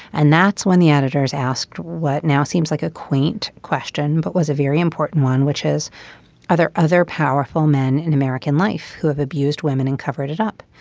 and that's when the editors asked what now seems like a quaint question but was a very important one which is other other powerful men in american life who have abused women and covered it up.